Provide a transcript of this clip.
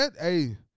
hey